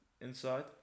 inside